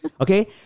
Okay